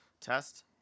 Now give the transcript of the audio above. Test